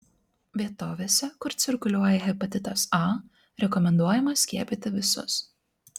vietovėse kur cirkuliuoja hepatitas a rekomenduojama skiepyti visus